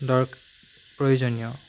প্ৰয়োজনীয়